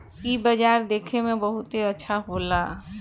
इ बाजार देखे में बहुते अच्छा होला